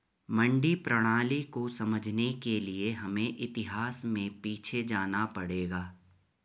मंडी प्रणाली को समझने के लिए हमें इतिहास में पीछे जाना पड़ेगा